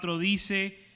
dice